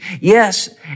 Yes